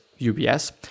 UBS